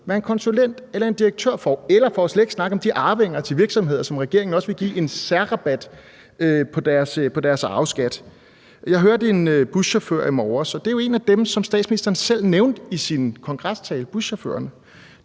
hvad en konsulent eller en direktør får, eller for slet ikke at tale om de arvinger til virksomheder, som regeringen også vil give en særrabat på deres arveskat. Jeg hørte i morges en buschauffør – og det er jo en af dem, som statsministeren selv nævnte i sin kongrestale – der